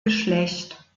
geschlecht